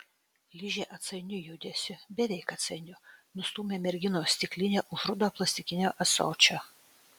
ližė atsainiu judesiu beveik atsainiu nustūmė merginos stiklinę už rudo plastikinio ąsočio